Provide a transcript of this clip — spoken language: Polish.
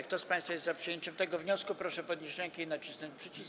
Kto z państwa jest za przyjęciem tego wniosku, proszę podnieść rękę i nacisnąć przycisk.